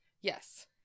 Yes